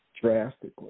drastically